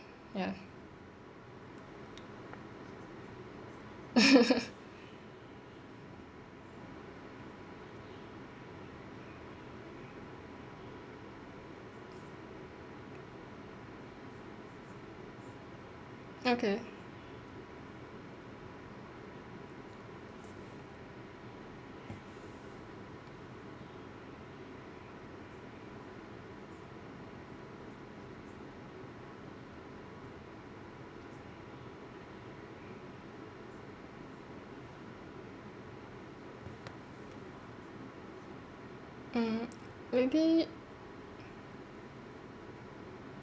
ya okay mm maybe